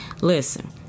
listen